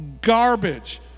garbage